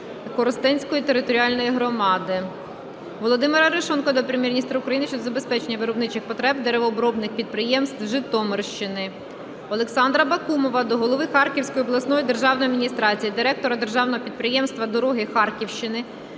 Коростенської територіальної громади. Володимира Арешонкова до Прем'єр-міністра України щодо забезпечення виробничих потреб деревообробних підприємств Житомирщини. Олександра Бакумова до голови Харківської обласної державної адміністрації, директора державного підприємства "Дороги Харківщини"